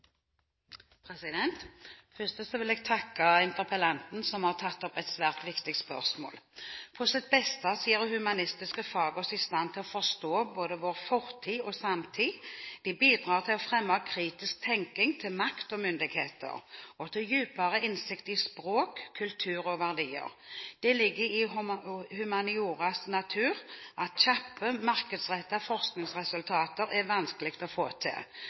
vil jeg takke interpellanten, som har tatt opp et svært viktig spørsmål. På sitt beste gjør humanistiske fag oss i stand til å forstå både vår fortid og samtid, de bidrar til å fremme kritisk tenkning til makt og myndigheter og til dypere innsikt i språk, kultur og verdier. Det ligger i humanioras natur at kjappe, markedsrettede forskningsresultater er vanskelig å få til.